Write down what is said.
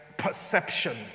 perception